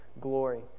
glory